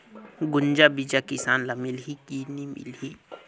गुनजा बिजा किसान ल मिलही की नी मिलही?